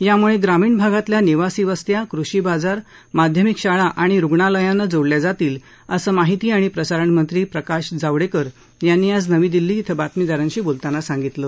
यामुळे ग्रामीण भागातल्या निवासी वस्त्या कृषी बाजार माध्यमिक शाळा आणि रुग्णालयांना जोडल्या जातील असं माहिती आणि प्रसारणमंत्री प्रकाश जावडेकर यांनी आज नवी दिल्ली इथं बातमीदारांशी बोलताना सांगितलं